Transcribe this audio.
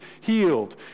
healed